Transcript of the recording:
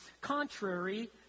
contrary